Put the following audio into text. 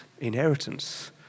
inheritance